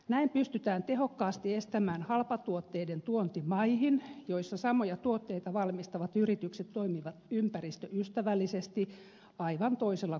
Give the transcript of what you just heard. näin pystytään tehokkaasti estämään halpatuotteiden tuonti maihin joissa samoja tuotteita valmistavat yritykset toimivat ympäristöystävällisesti aivan toisella kustannusrakenteella